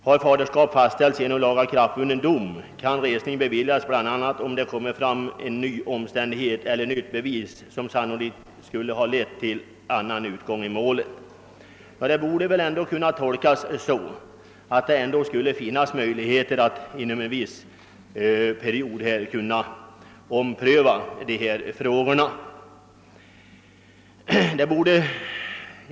Har faderskap fastställts genom lagakraftvunnen dom, kan resning beviljas bl.a. om det kommer fram en ny omständighet eller ett nytt bevis som sannolikt skulle ha lett till annan utgång i målet.> Man borde kunna tolka detta som att det skulle finnas möjligheter att inom en viss period kunna ompröva dessa frågor.